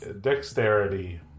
dexterity